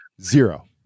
Zero